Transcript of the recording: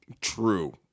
True